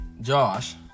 Josh